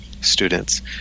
students